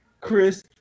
Chris